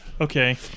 okay